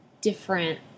different